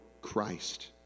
Christ